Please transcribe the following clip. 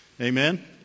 Amen